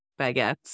baguettes